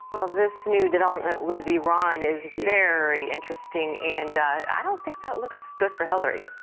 this new development with iran is very interesting, and i don't think that looks good for hillary.